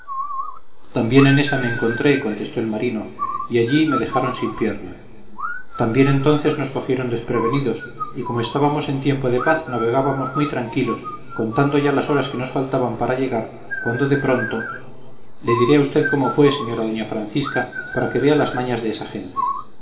también en esa me encontré contestó el marino y allí me dejaron sin pierna también entonces nos cogieron desprevenidos y como estábamos en tiempo de paz navegábamos muy tranquilos contando ya las horas que nos faltaban para llegar cuando de pronto le diré a usted cómo fue señora doña francisca para que vea las mañas de esa gente